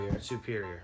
Superior